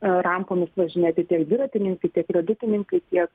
rampomis važinėti tiek dviratininkai tiek riedutininkai tiek